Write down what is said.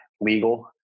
legal